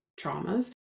traumas